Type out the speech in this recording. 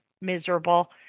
miserable